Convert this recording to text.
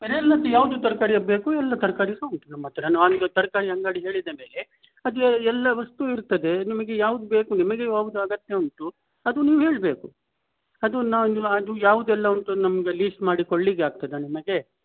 ಬೇರೆಯಲ್ಲದು ಯಾವುದು ತರಕಾರಿಯ ಬೇಕು ಎಲ್ಲ ತರಕಾರಿ ಸಾ ಉಂಟು ನಮ್ಮ ಹತ್ರ ನಾನು ಈಗ ತರಕಾರಿ ಅಂಗಡಿ ಹೇಳಿದ ಮೇಲೆ ಅದು ಎಲ್ಲ ವಸ್ತು ಇರ್ತದೆ ನಿಮಗೆ ಯಾವ್ದು ಬೇಕು ನಿಮಗೆ ಯಾವ್ದು ಅಗತ್ಯ ಉಂಟು ಅದು ನೀವು ಹೇಳಬೇಕು ಅದು ನಾವು ಅದು ಯಾವುದೆಲ್ಲ ಉಂಟು ನಮಗೆ ಲೀಸ್ಟ್ ಮಾಡಿ ಕೊಳ್ಳಿಕ್ಕೆ ಆಗ್ತದಾ ನಿಮಗೆ